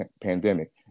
pandemic